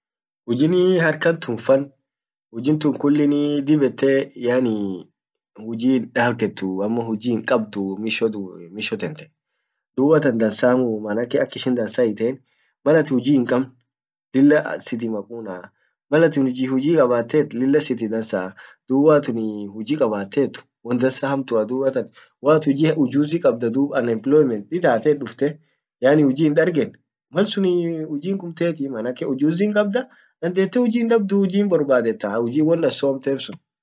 hujinnii harkan tunfa hujin tun kullin dib ette hujji it dabettuu ama hujji hinkabdu mishodu misho tente dubatan dansamuu maanake akishin dansa hiitein malat huji hinkabn lilla siti makunaa malatin huji kabatet lilla siti dansaaa dub waatin hji kabatet won dansa hamtuaa dubatan waat huji ujuzi kabta dub unemployment itatet dufte yaani huji hindargenn malsuniii ujingum tettii manake dandete hji hindabduu huji won at somtef